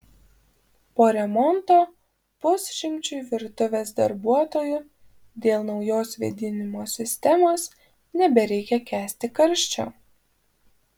po remonto pusšimčiui virtuvės darbuotojų dėl naujos vėdinimo sistemos nebereikia kęsti karščio